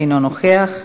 אינו נוכח,